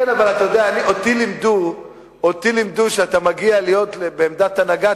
אבל אותי לימדו שכשאתה מגיע לעמדת הנהגה,